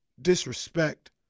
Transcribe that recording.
disrespect